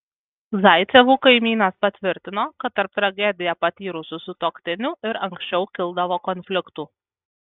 zaicevų kaimynas patvirtino kad tarp tragediją patyrusių sutuoktinių ir anksčiau kildavo konfliktų